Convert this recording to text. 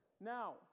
Now